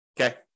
Okay